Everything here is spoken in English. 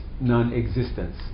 non-existence